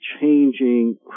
changing